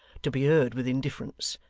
to be heard with indifference.